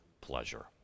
pleasure